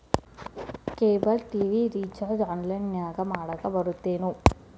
cable TV recharge ಆನ್ಲೈನ್ನ್ಯಾಗು ಮಾಡಕ ಬರತ್ತೇನು